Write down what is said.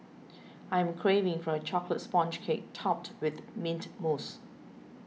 I am craving for a Chocolate Sponge Cake Topped with Mint Mousse